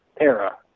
era